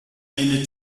eine